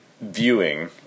viewing